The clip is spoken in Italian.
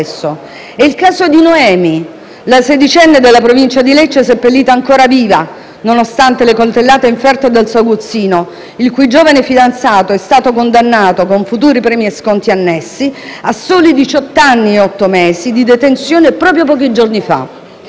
è il caso di Noemi, la sedicenne della provincia di Lecce seppellita ancora viva nonostante le coltellate inferte dal suo aguzzino, il cui giovane fidanzato è stato condannato (con futuri premi e sconti annessi e connessi dall'attuale legislazione) a soli 18 anni ed 8 mesi di detenzione proprio pochi giorni fa;